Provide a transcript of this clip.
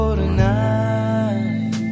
tonight